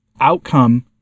outcome